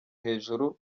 hejuru